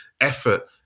effort